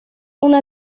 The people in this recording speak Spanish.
una